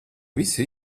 visi